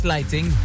Lighting